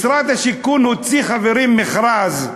משרד השיכון הוציא, חברים, מכרז,